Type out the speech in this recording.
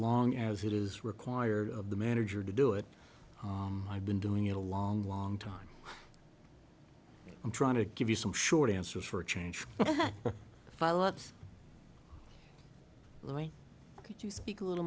long as it is required of the manager to do it i've been doing it a long long time i'm trying to give you some short answers for a change if i looked the way you speak a little